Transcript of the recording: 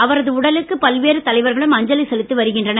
அவரது உடலுக்கு பல்வேறு தலைவர்களும் அஞ்சலி செலுத்தி வருகின்றனர்